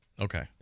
Okay